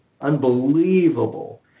unbelievable